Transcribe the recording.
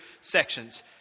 sections